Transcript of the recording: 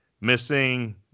missing